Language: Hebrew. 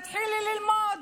תתחילי ללמוד.